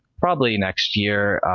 probably next year.